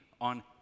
on